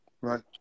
right